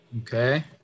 Okay